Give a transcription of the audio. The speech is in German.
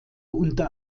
unter